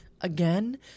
again